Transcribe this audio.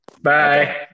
Bye